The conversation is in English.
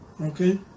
Okay